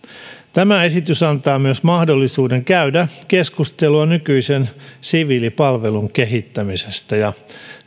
tämä esitys antaa myös mahdollisuuden käydä keskustelua nykyisen siviilipalvelun kehittämisestä ja